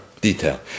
detail